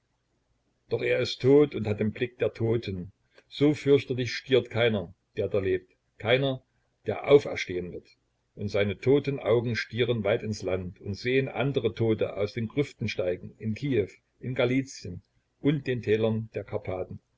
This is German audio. doch er ist tot und hat den blick der toten so fürchterlich stiert keiner der da lebt keiner der auferstehen wird und seine toten augen stieren weit ins land und sehen andere tote aus den grüften steigen in kiew in galizien und den tälern der karpathen